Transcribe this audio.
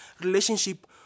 relationship